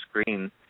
screen